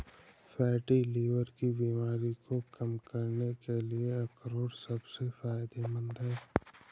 fatty liver की बीमारी को कम करने के लिए अखरोट सबसे फायदेमंद है